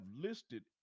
listed